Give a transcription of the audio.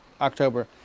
October